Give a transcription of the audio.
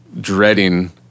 dreading